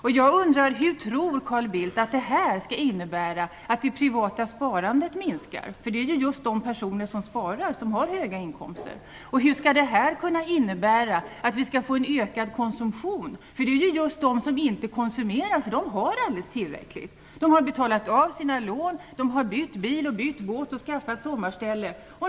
Hur kan Carl Bildt tro att det skulle innebära att det privata sparandet minskar? Det är ju just de personer som har höga inkomster som sparar. Hur skulle det kunna innebära att vi får en ökad konsumtion? Det är ju just dessa människor som inte konsumerar eftersom de redan har alldeles tillräckligt. De har betalt av sina lån, de har bytt bil och bytt båt och de har skaffat sommarställe.